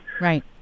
Right